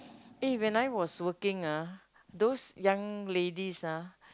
eh when I was working ah those young ladies ah